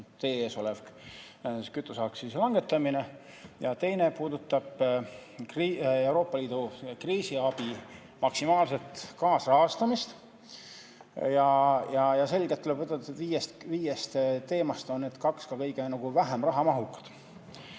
ees olev kütuseaktsiisi langetamine ja teine puudutab Euroopa Liidu kriisiabi maksimaalset kaasrahastamist. Ja selgelt tuleb ütelda, et viiest teemast on need kaks ka kõige vähem rahamahukad.